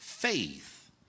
faith